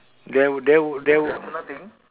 there were there were there were